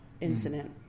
incident